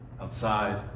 outside